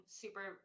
super